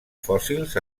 fòssils